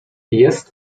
jest